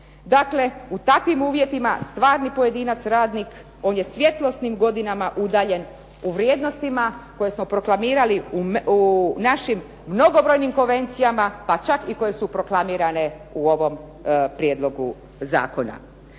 Dakle, u takvi uvjetima stvarni pojedinac radnik on je svjetlosnim godinama udaljen u vrijednostima koje smo proklamirali u našim mnogobrojnim konvencijama pa čak i koje su proklamirane u ovom prijedlogu zakona.